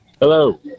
Hello